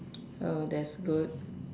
oh that's good